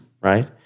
right